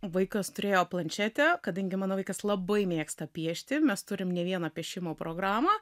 vaikas turėjo planšetę kadangi mano vaikas labai mėgsta piešti mes turim ne vieną piešimo programą